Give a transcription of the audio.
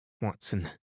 Watson